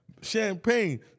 champagne